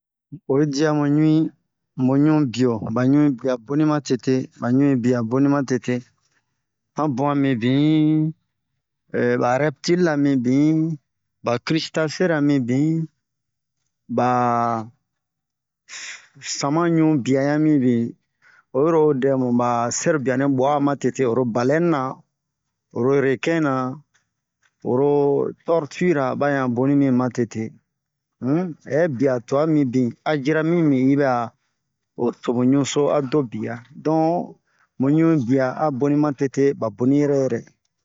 o yi dia mu ɲui mu ɲu bio ba ɲui ba ɲui bia boni matete ba ɲui bia boni matete hanbuan minbin ee ba rɛptil la mibin krestase la minbin ba sama ɲu bia ɲan minbin oyiro dem sɛrobia nɛ bu'a matete oro balɛne na oro rekin na oro tɔrti ra ba ɲan boni bin matete un ɛi bia tuan mi bin a yɛrɛmi mi yibɛ a so mu ɲuso a de bia dɔ mu ɲu bia a bonu matete han boni yɛrɛ yɛrɛ